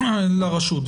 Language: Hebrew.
לרשות.